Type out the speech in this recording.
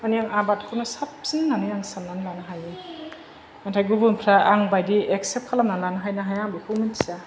मानि आं आबादखौनो साबसिन होननानै आं सानानै लानो हायो नाथाय गुबुनफ्रा आं बायदि एकसेप्ट खालामनानै लानो हायो ना हाया आं बेखौ मोनथिया